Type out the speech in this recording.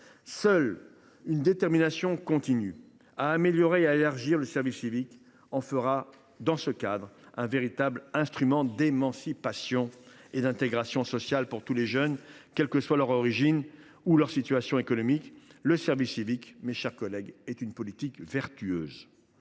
Seule une détermination continue à améliorer et à élargir le service civique fera de ce dispositif un véritable instrument d’émancipation et d’intégration sociale pour tous les jeunes, quelles que soient leur origine ou leur situation économique. Le service civique est une politique publique vertueuse.